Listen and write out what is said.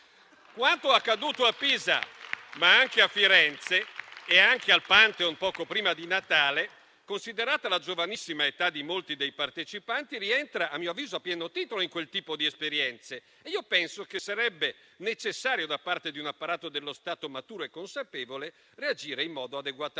Quanto accaduto a Pisa, ma anche a Firenze e al Pantheon poco prima di Natale, considerata la giovanissima età di molti dei partecipanti, rientra a mio avviso a pieno titolo in quel tipo di esperienze e penso che sarebbe necessario, da parte di un apparato dello Stato maturo e consapevole, reagire in modo adeguatamente